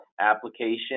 application